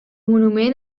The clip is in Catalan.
monument